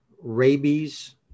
rabies